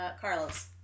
Carlos